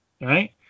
right